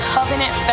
Covenant